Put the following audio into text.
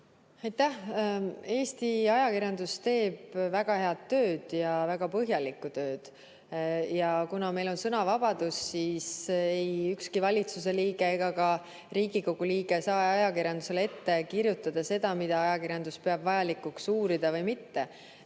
Aitäh! Eesti ajakirjandus teeb väga head tööd ja väga põhjalikku tööd. Kuna meil on sõnavabadus, siis ükski valitsuse liige ega ka Riigikogu liige ei saa ajakirjandusele ette kirjutada seda, mida ajakirjandus peab vajalikuks uurida või mitte.